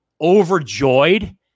overjoyed